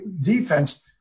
defense